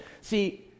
See